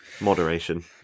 moderation